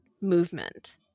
movement